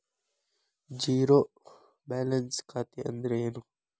Zero balance ಖಾತೆ ಅಂದ್ರೆ ಏನು?